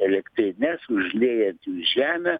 elektrines užliejan jų žemę